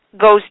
goes